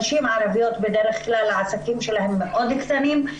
נשים ערביות, בדרך כלל העסקים שלהן מאוד קטנים.